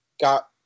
Got